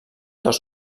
dos